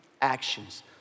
actions